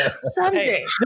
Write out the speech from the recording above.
Sunday